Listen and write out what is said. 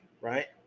right